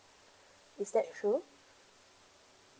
is that true